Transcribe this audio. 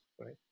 right